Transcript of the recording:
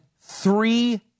three